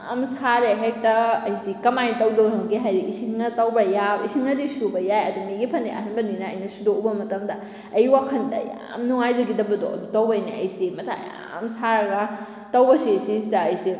ꯌꯥꯝ ꯁꯥꯔꯦ ꯍꯦꯛꯇ ꯑꯩꯁꯤ ꯀꯃꯥꯏꯅ ꯇꯧꯗꯣꯅꯣꯒꯦ ꯍꯥꯏꯗꯤ ꯏꯁꯤꯡꯅ ꯇꯧꯕ ꯌꯥꯕ ꯏꯁꯤꯡꯅꯗꯤ ꯁꯨꯕ ꯌꯥꯏ ꯑꯗꯣ ꯃꯤꯒꯤ ꯐꯅꯦꯛ ꯑꯍꯟꯕꯅꯤꯅ ꯑꯩꯅ ꯁꯨꯗꯣꯛꯎꯕ ꯃꯇꯝꯗ ꯑꯩ ꯋꯥꯈꯟꯗ ꯌꯥꯝ ꯅꯨꯡꯉꯥꯏꯖꯈꯤꯗꯕꯗꯣ ꯑꯗꯨ ꯇꯧꯕꯩꯅꯦ ꯑꯩꯁꯤ ꯃꯊꯥ ꯌꯥꯝ ꯁꯥꯔꯒ ꯇꯧꯕꯁꯤ ꯁꯤꯁꯤꯗ ꯑꯩꯁꯤ